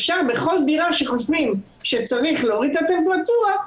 אפשר בכל דירה שצריך להוריד את הטמפרטורה,